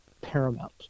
paramount